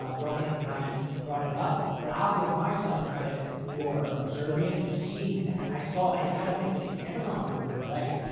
um girlfriend at the time brought it up, but i'll give myself credit for observing. and seeing that i saw it's kind of it's it's amazon proof in a way.